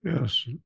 Yes